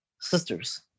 Sisters